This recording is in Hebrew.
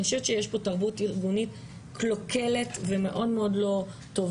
אני חושבת שיש פה תרבות ארגונית קלוקלת ומאוד מאוד לא טובה.